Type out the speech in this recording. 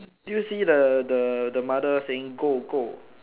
do you see the the the mother saying go go